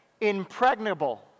impregnable